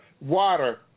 water